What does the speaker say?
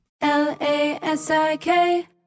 L-A-S-I-K